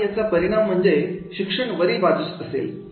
आणि याचा परिणाम म्हणजे शिक्षण वरील बाजूस असेल